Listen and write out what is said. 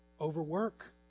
Overwork